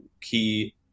key